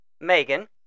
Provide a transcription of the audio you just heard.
Megan